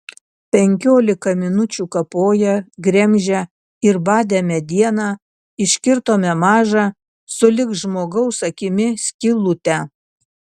penkiolika minučių kapoję gremžę ir badę medieną iškirtome mažą sulig žmogaus akimi skylutę